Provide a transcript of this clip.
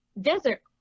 desert